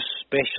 special